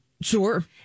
Sure